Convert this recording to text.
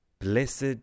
Blessed